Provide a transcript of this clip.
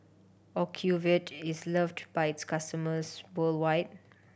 ocuvite is loved by its customers worldwide